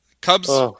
Cubs